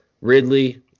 Ridley